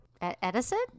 Edison